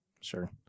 Sure